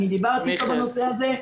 דיברתי איתו בנושא הזה,